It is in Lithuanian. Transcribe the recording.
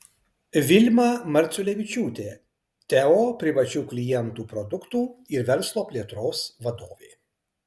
vilma marciulevičiūtė teo privačių klientų produktų ir verslo plėtros vadovė